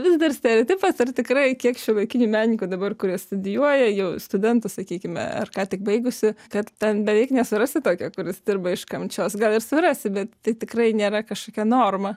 vis dar stereotipas ar tikrai kiek šiuolaikinių menininkų dabar kurie studijuoja jau studentas sakykime ar ką tik baigusi kad ten beveik nesurasi tokio kuris dirba iš kančios gal ir surasi bet tai tikrai nėra kažkokia norma